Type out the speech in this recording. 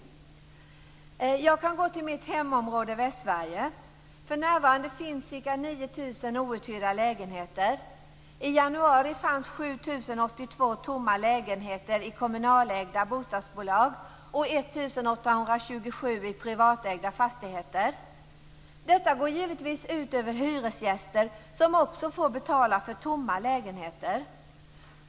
Jag kan peka på min hemregion Västsverige. För närvarande finns där ca 9 000 outhyrda lägenheter. I Detta går givetvis ut över hyresgästerna, som får betala också för tomma lägenheter.